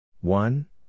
One